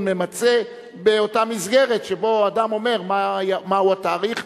ממצה באותה מסגרת שבה אדם אומר מהו התאריך,